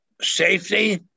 safety